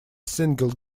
single